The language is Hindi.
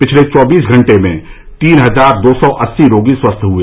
पिछले चौबीस घंटे में तीन हजार दो सौ अस्सी रोगी स्वस्थ हुए